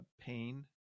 pain